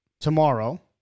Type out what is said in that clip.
tomorrow